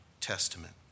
Testament